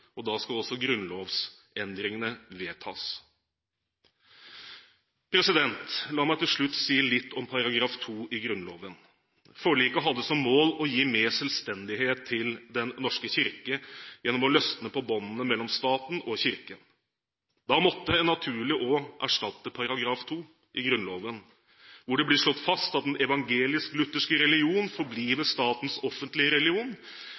og da skal også grunnlovsendringene vedtas. La meg til slutt si litt om § 2 i Grunnloven. Forliket hadde som mål å gi mer selvstendighet til Den norske kirke gjennom å løsne på båndene mellom staten og Kirken. Da måtte en naturlig også erstatte § 2 i Grunnloven, hvor det blir slått fast at «Den evangelisk-lutherske Religion forbliver Statens offentlige Religion»,